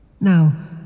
Now